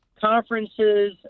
conferences